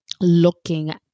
looking